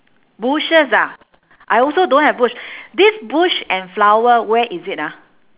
bushes ah I also don't have bush this bush and flower where is it ah